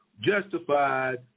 justified